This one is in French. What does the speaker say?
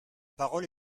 parole